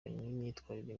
n’imyitwarire